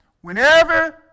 whenever